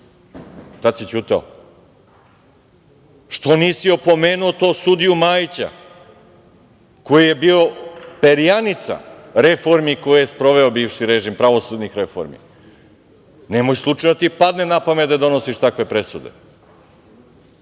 Tad si ćutao. Što nisi opomenuo sudiju Majića, koji je bio perjanica reformi koje je sproveo bivši režim, pravosudnih reformi? Nemoj slučajno da ti padne na pamet da donosiš takve presude.